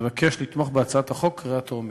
מבקש לתמוך בהצעת החוק, קריאה טרומית.